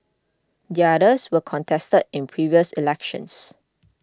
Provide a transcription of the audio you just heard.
the others were contested in previous elections